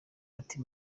ati